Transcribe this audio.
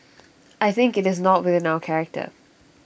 I think IT is not within our character